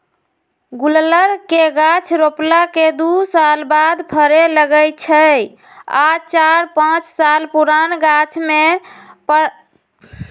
गुल्लर के गाछ रोपला के दू साल बाद फरे लगैए छइ आ चार पाच साल पुरान गाछमें पंडह किलो होइ छइ